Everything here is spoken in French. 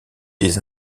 des